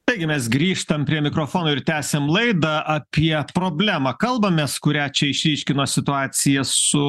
taigi mes grįžtam prie mikrofono ir tęsiam laidą apie problemą kalbamės kurią čia išryškino situacija su